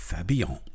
Fabian